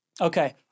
Okay